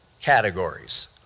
categories